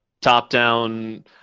top-down